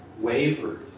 wavered